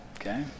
okay